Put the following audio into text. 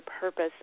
purpose